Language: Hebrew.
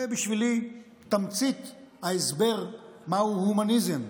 זה בשבילי תמצית ההסבר מהו הומניזם.